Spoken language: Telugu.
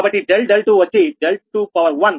కాబట్టి ∆𝛿2 వచ్చి 𝛿2∆𝛿2 0